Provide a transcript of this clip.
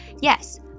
yes